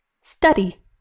Study